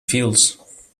fields